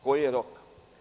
Koji je rok?